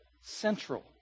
central